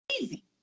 easy